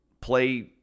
play